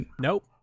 Nope